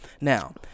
now